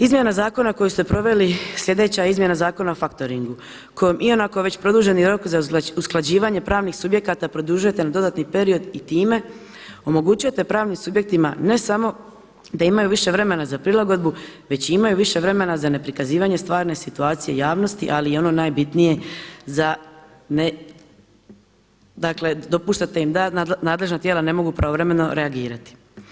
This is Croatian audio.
Izmjena zakona koju ste proveli, sljedeća izmjena Zakona o faktoringu kojom ionako već produženi rok za usklađivanje pravnih subjekata produžujete na dodatni period i time omogućujete pravnim subjektima ne samo da imaju više vremena za prilagodbu već i imaju više vremena za ne prikazivanje stvarne situacije javnosti ali i ono najbitnije za ne, dakle dopuštate im da nadležna tijela ne mogu pravovremeno reagirati.